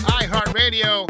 iHeartRadio